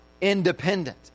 independent